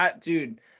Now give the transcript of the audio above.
Dude